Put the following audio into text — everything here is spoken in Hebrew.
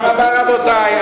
אנחנו מיעוט.